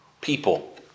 people